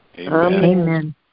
Amen